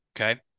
Okay